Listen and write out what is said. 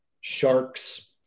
sharks